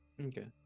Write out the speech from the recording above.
Okay